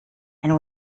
and